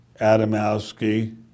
Adamowski